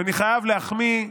ואני חייב להחמיא,